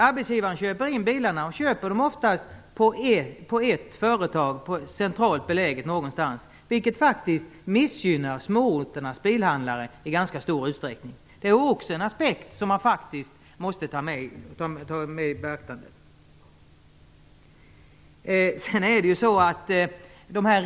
Arbetsgivaren köper in bilarna, och han köper dem oftast på ett företag som är centralt beläget. Det missgynnar faktiskt småorternas bilhandlare i ganska stor utsträckning. Det är också en aspekt som man faktiskt måste ta med i beaktandet.